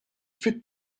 fit